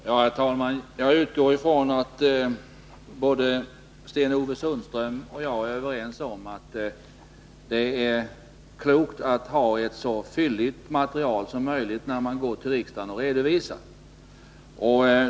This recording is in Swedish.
Herr talman! Jag utgår från att Sten-Ove Sundström och jag är överens om att det är klokt att ha ett så fylligt material som möjligt när man går till riksdagen och redovisar det.